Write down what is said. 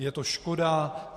Je to škoda.